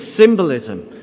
symbolism